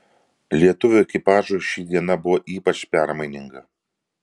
lietuvių ekipažui ši diena buvo ypač permaininga